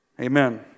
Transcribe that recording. Amen